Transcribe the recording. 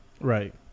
right